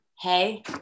hey